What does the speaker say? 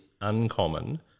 uncommon